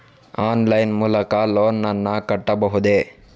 Online line ಮೂಲಕ loan ನನ್ನ ಕಟ್ಟಬಹುದೇ?